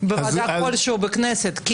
בוועדה כלשהי בכנסת.